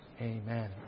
Amen